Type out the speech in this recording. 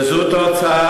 וזו תוצאה,